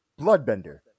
bloodbender